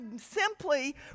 simply